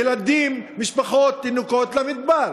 ילדים, משפחות, תינוקות, למדבר.